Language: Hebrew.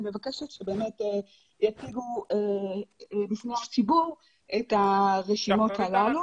מבקשת שיציגו בפני הציבור את הרשימות הללו.